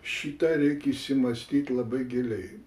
šitą reikia įsimąstyt labai giliai